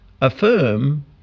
affirm